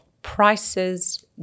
prices